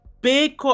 big